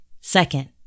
Second